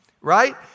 right